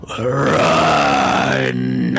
RUN